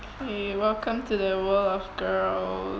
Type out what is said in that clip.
!yay! welcome to the world of girls